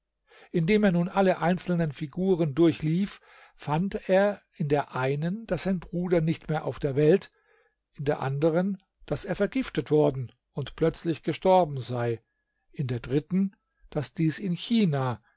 indem er nun alle einzelnen figuren durchlief fand er in der einen daß sein bruder nicht mehr auf der welt in der andern daß er vergiftet worden und plötzlich gestorben sei in der dritten daß dies in china